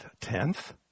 Tenth